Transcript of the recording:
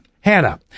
Hannah